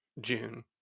June